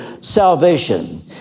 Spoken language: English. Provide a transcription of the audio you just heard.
salvation